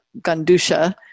Gandusha